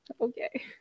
Okay